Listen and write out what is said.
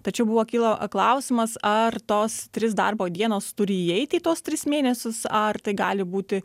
tačiau buvo kyla klausimas ar tos trys darbo dienos turi įeiti į tuos tris mėnesius ar tai gali būti